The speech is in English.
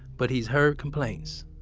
but he's heard complaints.